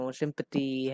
sympathy